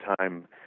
time